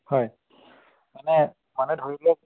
হয় মানে মানে ধৰি লওক